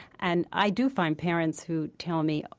and i do find parents who tell me,